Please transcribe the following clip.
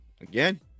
again